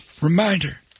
Reminder